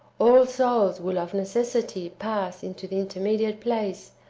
all souls will of necessity pass into the intermediate place,